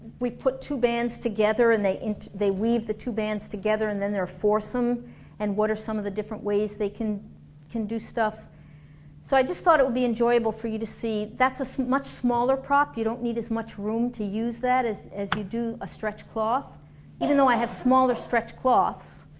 we put two bands together and they weave the two bands together and then they're foursome and what are some of the different ways they can can do stuff so i just thought it would be enjoyable for you to see that's a much smaller prop, you don't need as much room to use that as as you do stretch cloth even though i have smaller stretch cloths